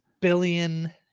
billion